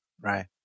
Right